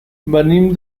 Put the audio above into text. venim